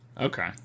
Okay